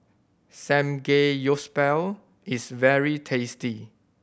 Samgeyopsal is very tasty